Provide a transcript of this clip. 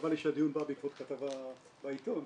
שהדיון בא בעקבות כתבה בעיתון,